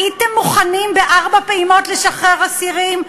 הייתם מוכנים בארבע פעימות לשחרר אסירים,